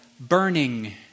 burning